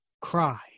cry